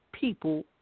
people